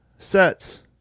Sets